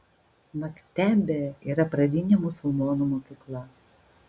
mektebė yra pradinė musulmonų mokykla